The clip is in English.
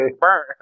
burn